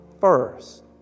first